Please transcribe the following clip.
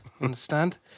understand